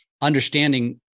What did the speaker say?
understanding